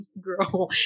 girl